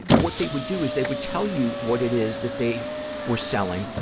what they would do is they would tell you what it is that they were selling,